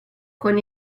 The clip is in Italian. con